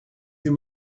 you